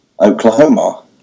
Oklahoma